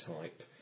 type